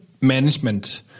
management